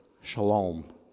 shalom